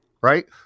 Right